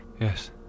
Yes